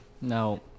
Now